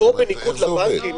איך זה עובד?